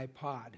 iPod